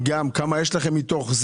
נמצאים בתוך זה?